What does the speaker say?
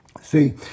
see